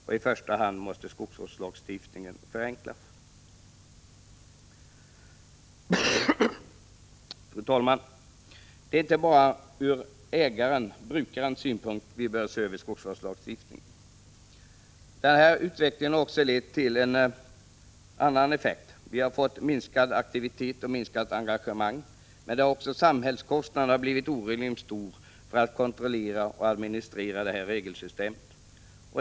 I första hand måste skogsvårdslagstiftningen förenklas. Fru talman! Det är inte bara ur brukarens synpunkt vi bör se över skogsvårdslagstiftningen. Utvecklingen har också lett till en annan effekt: vi har fått minskad aktivitet och minskat engagemang. Samhällskostnaden för att kontrollera och administrera regelsystemet har blivit orimligt stor.